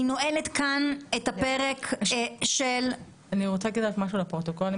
אם אפשר, אני רוצה לומר משהו לפרוטוקול.